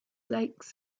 lakes